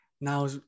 now